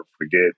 forget